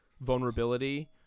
vulnerability